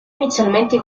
inizialmente